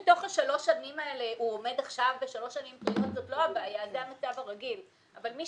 הוא עומד עכשיו בשלוש שנים אז זה המצב הרגיל ואין בעיה אבל מי